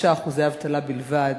5% אבטלה בלבד.